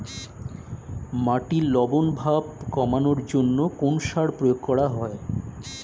মাটির লবণ ভাব কমানোর জন্য কোন সার প্রয়োগ করা হয়?